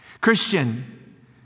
Christian